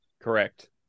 Correct